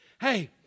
Hey